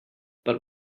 but